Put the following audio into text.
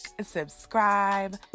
subscribe